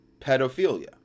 pedophilia